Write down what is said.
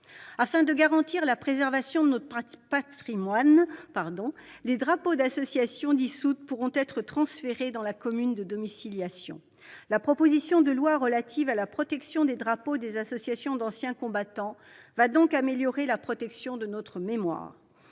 Afin de garantir la préservation de notre patrimoine, les drapeaux d'associations dissoutes pourront être transférés à la commune de domiciliation. La proposition de loi relative à la protection des drapeaux des associations d'anciens combattants va donc renforcer la sauvegarde de notre mémoire.